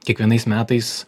kiekvienais metais